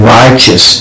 righteous